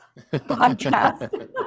podcast